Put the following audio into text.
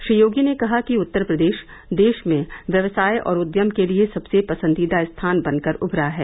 श्री योगी ने कहा कि उत्तर प्रदेश देश में व्यवसाय और उद्यम के लिए सबसे पसंदीदा स्थान बनकर उभरा है